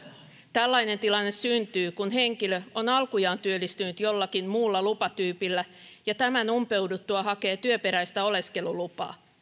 tällainen tilanne syntyy kun henkilö on alkujaan työllistynyt jollakin muulla lupatyypillä ja tämän umpeuduttua hakee työperäistä oleskelulupaa